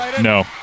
No